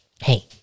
Hey